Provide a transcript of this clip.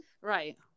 Right